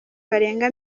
barenga